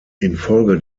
infolge